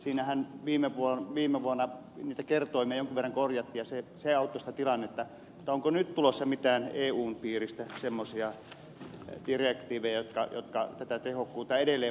siinähän viime vuonna niitä kertoimia jonkin verran korjattiin ja se auttoi tilannetta mutta onko nyt tulossa eun piiristä mitään semmoisia direktiivejä jotka tätä tehokkuutta edelleen vaativat lisää